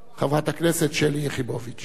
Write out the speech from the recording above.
חברת הכנסת שלי יחימוביץ.